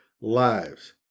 lives